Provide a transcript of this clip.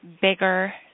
bigger